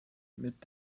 mit